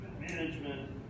management